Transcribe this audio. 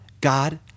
God